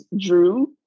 Drew